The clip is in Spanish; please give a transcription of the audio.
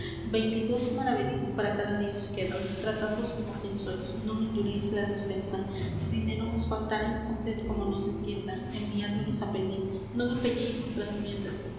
veinte y dos maravedís para cada día os quedan tratadvos como quien sois non enduréis la despensa si dineros vos faltaren faced como no se entienda enviádmelos á pedir non empeñéis vuestras prendas